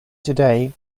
today